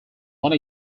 one